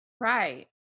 Right